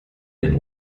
den